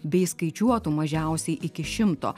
bei skaičiuotų mažiausiai iki šimto